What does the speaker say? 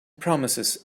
promises